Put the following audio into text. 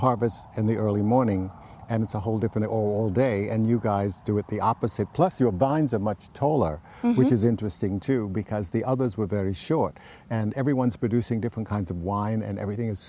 in the early morning and it's a whole different all day and you guys do it the opposite plus your bines of much taller which is interesting too because the others were very short and everyone's producing different kinds of wine and everything is